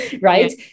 Right